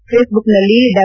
ಫೇಸ್ಬುಕ್ನಲ್ಲಿ ಡಾ